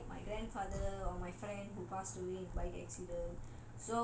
be it like my grandfather on my friend who passed away by accident